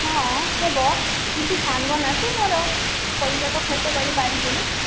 ହଁ ହେବ କିନ୍ତୁ ସାଙ୍ଗ ନା ତୁ ମୋର ପଇସା ତ ଖର୍ଚ୍ଚ କରିପାରିବି ନା